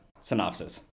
synopsis